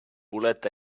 bullet